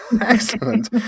Excellent